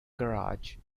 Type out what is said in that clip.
garage